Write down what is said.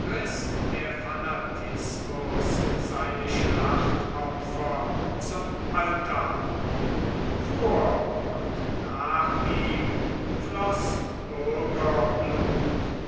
der fanatismus seine schlachtopfer zum altar vor und nach ihm floß